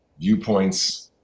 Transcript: viewpoints